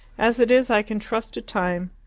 as it is i can trust to time.